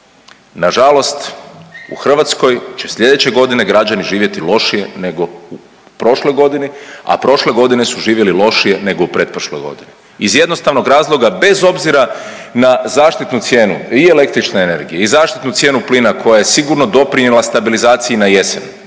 Nažalost u Hrvatskoj će sljedeće godine živjeti lošije nego u prošloj godini, a prošle godine su živjeli lošije nego u pretprošloj godini iz jednostavnog razloga bez obzira na zaštitnu cijenu i električne energije i zaštitnu cijenu plina koja je sigurno doprinijela stabilizaciji na jesen.